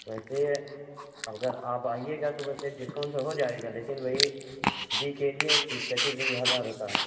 ویسے اب اگر آپ آئیے گا تو ویسے ڈسکاؤنٹ تو ہو جائے گا لیکن وہی اسی کے لیے تیس پیتیس ہی ہزار ہوتا ہے